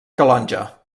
calonge